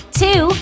two